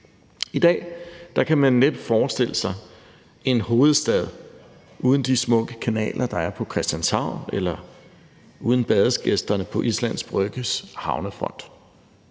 I dag kan man næppe forestille sig en hovedstad uden de smukke kanaler, der er på Christianshavn, eller uden badegæsterne på Islands Brygges havnefront,